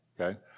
Okay